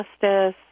justice